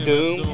Doom